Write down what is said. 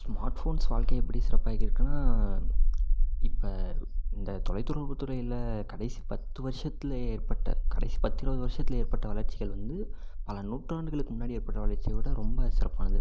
smart phones வாழ்க்கையை எப்படி சிறப்பாக்கியிருக்குனா இப்போ இந்த தொலைத்தொடர்பு துறையில் கடைசி பத்து வருஷத்தில் ஏற்பட்ட கடைசி பத்து இருபது வருஷத்தில் ஏற்பட்ட வளர்ச்சிகள் வந்து பல நூற்றாண்டுகளுக்கு முன்னாடி ஏற்பட்ட வளர்ச்சியை விட ரொம்ப சிறப்பானது